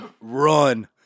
Run